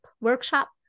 workshop